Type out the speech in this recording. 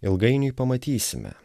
ilgainiui pamatysime